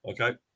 okay